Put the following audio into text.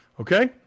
okay